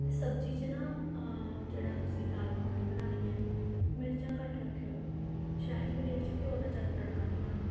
ਅਤੇ ਸਬਜ਼ੀ 'ਚ ਨਾ ਜਿਹੜਾ ਤੁਸੀਂ ਦਾਲ ਮੱਖਣੀ ਬਣਾਉਣੀ ਹੈ ਮਿਰਚਾਂ ਘੱਟ ਰੱਖਿਉ ਸ਼ਾਹੀ ਪਨੀਰ 'ਚ ਘਿਉ ਦਾ ਜ਼ਿਆਦਾ ਤੜਕਾ ਨਹੀਂ ਲਾਉਣਾ